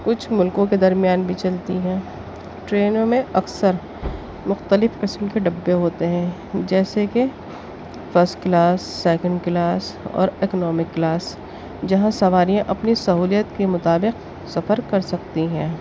کچھ ملکوں کے درمیان بھی چلتی ہیں ٹرینوں میں اکثر مختلف قسم کے ڈبّے ہوتے ہیں جیسے کہ فسٹ کلاس سیکنڈ کلاس اور اکنامک کلاس جہاں سواریاں اپنی سہولیت کے مطابق سفر کر سکتی ہیں